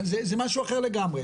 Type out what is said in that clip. זה משהו אחר לגמרי.